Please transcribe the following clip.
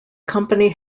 company